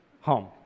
home